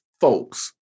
folks